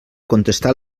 contestar